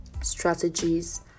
strategies